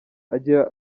agira